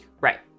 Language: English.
Right